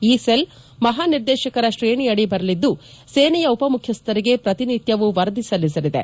ಈ ಸೆಲ್ ಮಹಾನಿರ್ದೇಶಕರ ಶ್ರೇಣಿ ಅಡಿ ಬರಲಿದ್ದು ಸೇನೆಯ ಉಪ ಮುಖ್ಯಸ್ಥರಿಗೆ ಪ್ರತಿ ನಿತ್ಯವೂ ವರದಿ ಸಲ್ಲಿಸಲಿದೆ